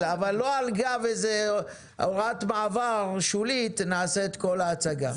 אבל לא על גב איזו הוראת מעבר שולית בה נעשה את כל ההצעה.